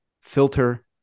filter